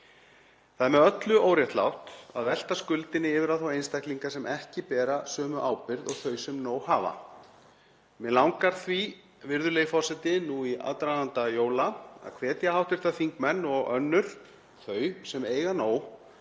Það er með öllu óréttlátt að velta skuldinni yfir á þá einstaklinga sem ekki bera sömu ábyrgð og þau sem nóg hafa. Mig langar því, virðulegi forseti, nú í aðdraganda jóla að hvetja hv. þingmenn og önnur þau sem eiga nóg